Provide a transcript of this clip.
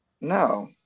No